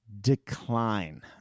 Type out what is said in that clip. decline